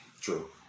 True